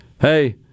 Hey